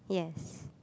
yes